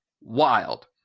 wild